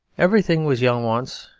everything was young once,